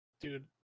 Dude